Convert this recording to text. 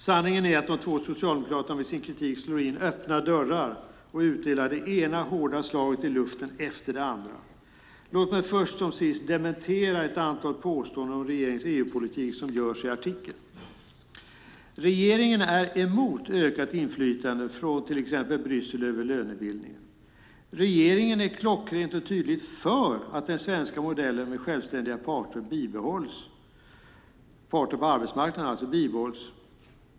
Sanningen är de två socialdemokraterna med sin kritik slår in öppna dörrar och utdelar det ena hårda slaget i luften efter det andra. Låt mig först som sist dementera ett antal påståenden om regeringens EU-politik som görs i artikeln: Regeringen är emot ökat inflytande från till exempel Bryssel över lönebildningen. Regeringen är klockrent och tydligt för att den svenska modellen med självständiga parter på arbetsmarknaden bibehålls.